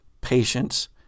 Patience